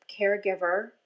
caregiver